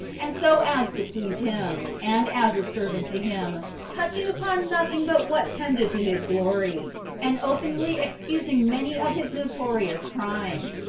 and so as to please him, and as a servant to him, touching upon nothing but what tended to his glory, and openly excusing many of his notorious crimes,